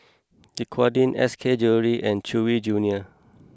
Dequadin S K Jewellery and Chewy Junior